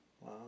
Wow